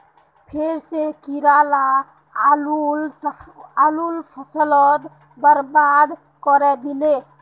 फेर स कीरा ला आलूर फसल बर्बाद करे दिले